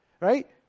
right